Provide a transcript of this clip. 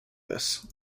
this